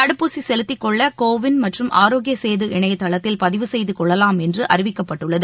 தடுப்பூசி செலுத்திக்கொள்ள கோவின் மற்றும் ஆரோக்கிய சேது இணையதளத்தில் பதிவு செய்து கொள்ளலாம் என்று அறிவிக்கப்பட்டுள்ளது